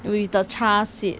with the chia seed